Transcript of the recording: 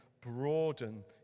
broaden